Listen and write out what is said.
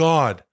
God